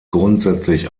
grundsätzlich